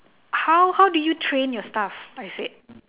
how how did you train your staff I said